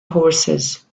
horses